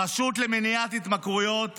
הרשות למניעת התמכרויות